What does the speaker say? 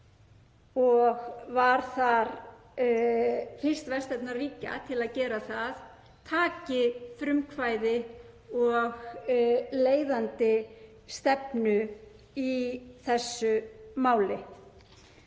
og var þar fyrst vestrænna ríkja til að gera það taki frumkvæði og leiðandi stefnu í þessu máli.